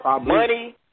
Money